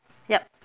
yup